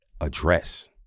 address